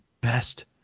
best